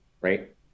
right